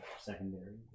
secondary